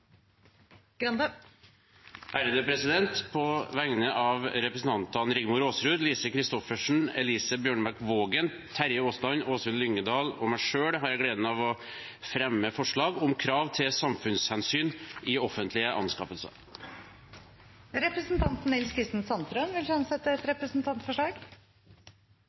På vegne av representantene Rigmor Aasrud, Lise Christoffersen, Elise Bjørnebekk-Waagen, Terje Aasland, Åsunn Lyngedal og meg selv har jeg gleden av å fremme et forslag om krav til samfunnshensyn i offentlige anskaffelser. Representanten Nils Kristen Sandtrøen vil fremsette et representantforslag.